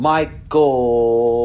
Michael